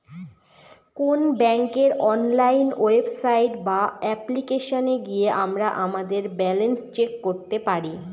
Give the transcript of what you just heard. কোন ব্যাঙ্কের online website বা অ্যাপ্লিকেশনে গিয়ে আমরা আমাদের ব্যালান্স চেক করতে পারি